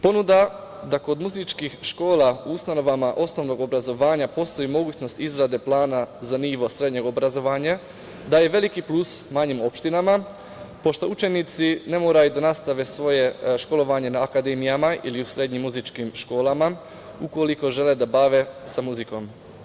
Ponuda da kod muzičkih škola u ustanovama osnovnog obrazovanja postoji mogućnost izrade plana za vreme srednjeg obrazovanja daje veliki plus manjim opštinama pošto učenici ne moraju da nastave svoje školovanje na akademijama ili u srednjim muzičkim školama ukoliko žele da se bave muzikom.